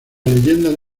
leyendas